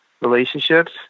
relationships